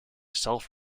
self